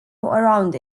around